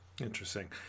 Interesting